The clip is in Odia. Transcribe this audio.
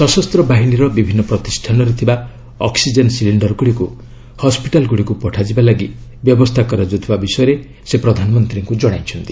ସଶସ୍ତ ବାହିନୀର ବିଭିନ୍ନ ପ୍ରତିଷ୍ଠାନରେ ଥିବା ଅକ୍କିଜେନ୍ ସିଲିଣ୍ଡର ଗୁଡ଼ିକୁ ହସ୍କିଟାଲ୍ ଗୁଡ଼ିକୁ ପଠାଯିବା ପାଇଁ ବ୍ୟବସ୍ଥା କରାଯାଉଥିବା ବିଷୟ ସେ ପ୍ରଧାନମନ୍ତ୍ରୀଙ୍କୁ ଜଣାଇଛନ୍ତି